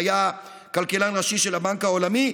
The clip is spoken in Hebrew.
שהיה כלכלן ראשי של הבנק העולמי,